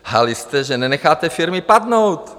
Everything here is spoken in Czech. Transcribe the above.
Lhali jste, že nenecháte firmy padnout.